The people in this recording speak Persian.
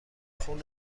خون